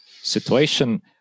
situation